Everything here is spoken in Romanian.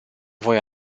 voi